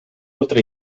otra